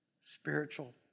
spiritual